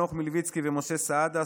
חנוך מלביצקי ומשה סעדה,